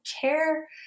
care